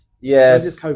yes